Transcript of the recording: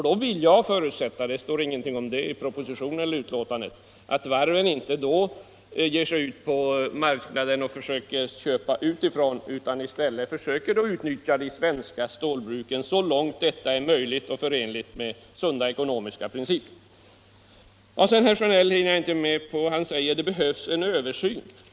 Då vill jag förutsätta — det står ingenting om den saken i propositionen eller utskottsbetänkandet — att varven inte ger sig ut på marknaden och försöker köpa utifrån, utan i stället försöker utnyttja de svenska stålbruken så långt det är möjligt och förenligt med sunda ekonomiska principer. Herr Sjönells resonemang kan jag inte hänga med på. Han säger att det behövs en översyn.